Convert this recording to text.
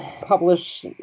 publish